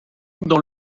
dans